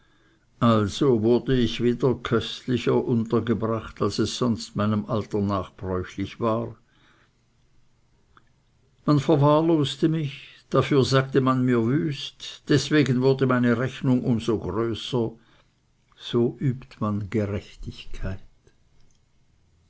also wurde ich wieder köstlicher untergebracht als es sonst meinem alter nach bräuchlich war man verwahrloste mich dafür sagte man mir wüst deswegen wurde meine rechnung um so größer so übt man gerechtigkeit